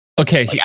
okay